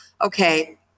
okay